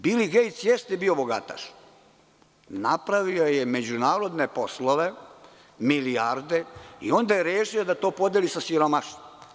Bil Gejts jeste bio bogataš, napravio je međunarodne poslove, milijarde i onda je rešio da to podeli sa siromašnima.